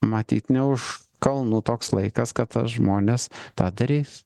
matyt ne už kalnų toks laikas kada žmonės tą darys